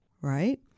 right